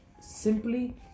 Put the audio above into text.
simply